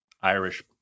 Irish